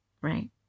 right